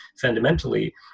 fundamentally